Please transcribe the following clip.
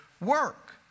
work